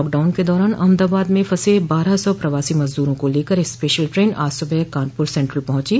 lockdown के दौरान अहमदाबाद में फँसे बारह सौ प्रवासी मजदूरों को लेकर स्पेशल ट्रेन आज सुबह कानपुर सेन्ट्रल पहुँची